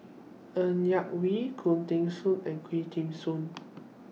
Ng Yak Whee Khoo Teng Soon and Quah Kim Song